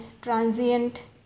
transient